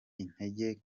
integer